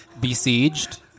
besieged